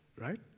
right